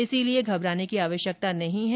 इसलिए घबराने की कोई आवश्यकता नहीं है